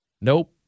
Nope